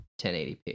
1080p